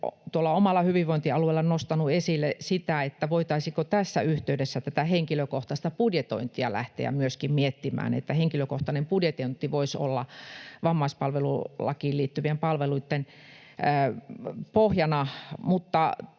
omalla hyvinvointialueellani nostanut esille, voitaisiinko tässä yhteydessä tätä henkilökohtaista budjetointia lähteä myöskin miettimään, siis että henkilökohtainen budjetointi voisi olla vammaispalvelulakiin liittyvien palveluitten pohjana. Mutta